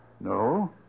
No